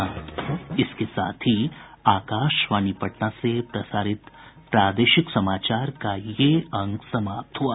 इसके साथ ही आकाशवाणी पटना से प्रसारित प्रादेशिक समाचार का ये अंक समाप्त हुआ